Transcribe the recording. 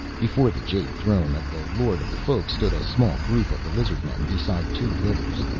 before the jade throne of the lord of the folk stood a small group of the lizard-men beside two litters.